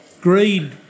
greed